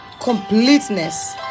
completeness